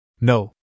No